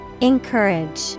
Encourage